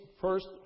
first